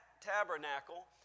tabernacle